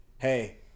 Hey